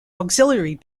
auxiliary